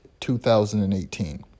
2018